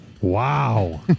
Wow